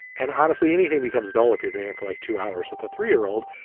and honestly, anything becomes dull if you're doing it for like two hours with a three year old.